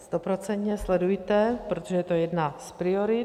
Stoprocentně sledujte, protože je to jedna z priorit.